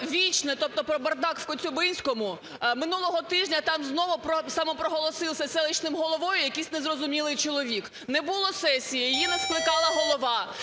вічне, тобто про бардак у Коцюбинському: минулого тижня там зновусамопроголосився селищним головою якийсь незрозумілий чоловік. Не було сесії, її не скликала голова,